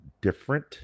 different